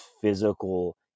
physical